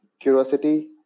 curiosity